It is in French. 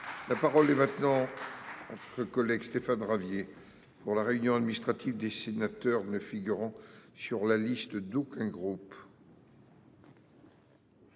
La parole est maintenant. Le collègue Stéphane Ravier pour la réunion administrative des sénateurs ne figurant sur la liste d'aucun groupe.